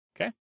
Okay